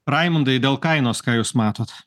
raimundai dėl kainos ką jūs matot